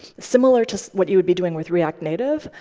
similar to what you would be doing with react native,